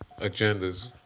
agendas